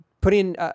putting